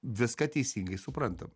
viską teisingai suprantam